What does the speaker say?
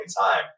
time